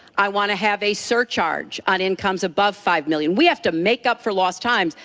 i wanna have a surcharge on incomes above five million. we have to make up for lost times,